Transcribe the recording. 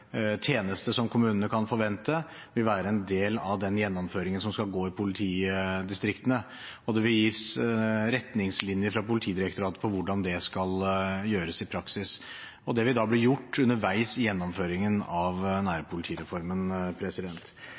tjeneste som kommunene kan forvente. Det vil være en del av den gjennomføringen som skal foregå i politidistriktene. Politidirektoratet vil gi retningslinjer på hvordan det skal gjøres i praksis. Det vil bli gjort underveis i gjennomføringen av nærpolitireformen.